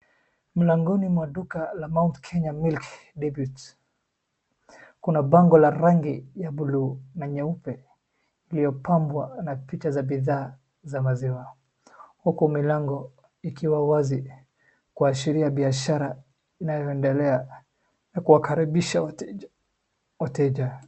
Mlangoni mwa duka la Mt Kenya Milk Depot kuna bango la rangi ya buluu na nyeupe iliyopambwa na picha za bidhaa za maziwa huku milango ikiwa wazi kuashiria biashara inayoendelea na kuwakaribisha wateja.